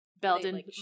Belden